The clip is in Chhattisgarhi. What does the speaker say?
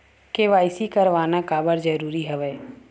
के.वाई.सी करवाना काबर जरूरी हवय?